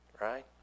right